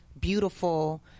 beautiful